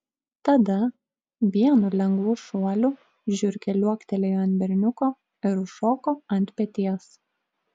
tada vienu lengvu šuoliu žiurkė liuoktelėjo ant berniuko ir užšoko ant peties